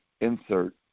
Insert